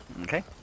Okay